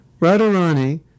Radharani